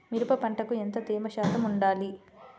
మిరప పంటకు ఎంత తేమ శాతం వుండాలి?